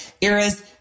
eras